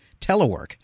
telework